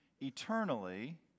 eternally